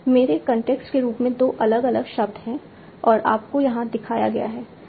मेरे कॉन्टेक्स्ट के रूप में 2 अलग अलग शब्द हैं और आपको यहाँ दिखाया गया है